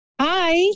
Hi